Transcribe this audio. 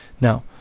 Now